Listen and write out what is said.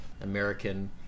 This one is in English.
American